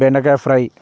బెండకాయ ఫ్రై